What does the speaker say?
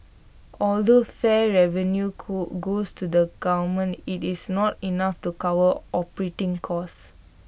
although fare revenue go goes to the government IT is not enough to cover operating costs